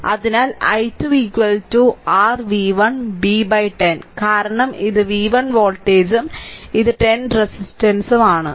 അതിനാൽ i2 r v1 b 10 കാരണം ഇത് v1 വോൾട്ടേജും ഇത് 10 Ω റെസിസ്റ്റൻസ് ആണ്